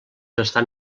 estan